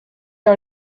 are